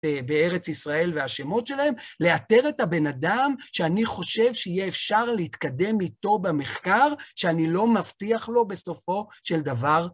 בארץ ישראל והשמות שלהם, לאתר את הבן אדם שאני חושב שיהיה אפשר להתקדם איתו במחקר, שאני לא מבטיח לו בסופו של דבר.